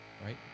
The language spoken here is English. right